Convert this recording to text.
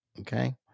okay